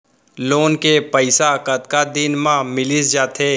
Loan के पइसा कतका दिन मा मिलिस जाथे?